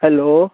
hello